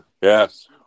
Yes